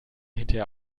hinterher